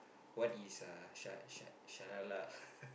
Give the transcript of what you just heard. one is uh sha sha Sharalah